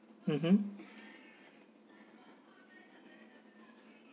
mmhmm